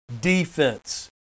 defense